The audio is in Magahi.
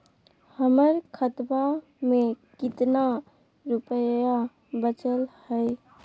हमर खतवा मे कितना रूपयवा बचल हई?